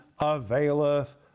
availeth